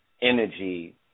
energy